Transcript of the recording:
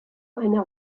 einer